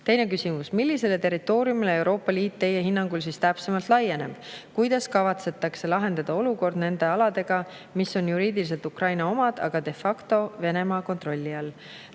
küsimus: "Millisele territooriumile Euroopa Liit teie hinnangul siis täpsemalt laieneb, kuidas kavatsetakse lahendada olukord nende aladega, mis on juriidiliselt Ukraina omad, agade factoVenemaa kontrolli